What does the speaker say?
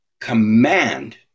command